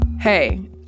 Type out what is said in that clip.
Hey